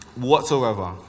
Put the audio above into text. whatsoever